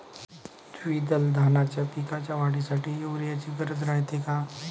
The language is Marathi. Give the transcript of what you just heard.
द्विदल धान्याच्या पिकाच्या वाढीसाठी यूरिया ची गरज रायते का?